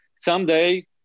someday